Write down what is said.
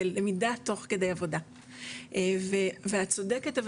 זה למידה תוך כדי עבודה ואת צודקת אבל